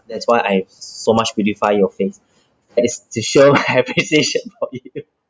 that's why I so much beautify your face that is to show my appreciation for you